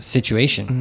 Situation